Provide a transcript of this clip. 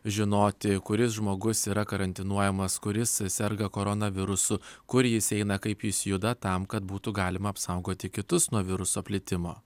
žinoti kuris žmogus yra karantinuojamas kuris serga koronavirusu kur jis eina kaip jis juda tam kad būtų galima apsaugoti kitus nuo viruso plitimo